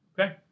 Okay